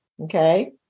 okay